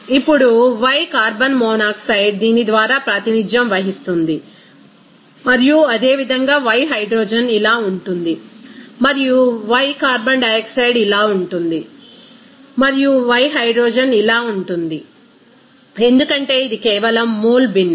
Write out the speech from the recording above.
ఇప్పుడు y carbon monoxide దీని ద్వారా ప్రాతినిధ్యం వహిస్తుంది మరియు అదేవిధంగా y హైడ్రోజన్ ఇలా ఉంటుంది మరియు y కార్బన్ డయాక్సైడ్ ఇలా ఉంటుంది మరియు y హైడ్రోజన్ ఇలా ఉంటుంది ఎందుకంటే ఇది కేవలం మోల్ భిన్నం